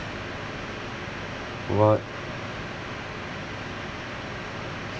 what